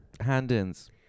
hand-ins